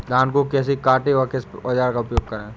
धान को कैसे काटे व किस औजार का उपयोग करें?